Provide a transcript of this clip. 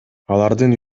алардын